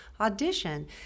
audition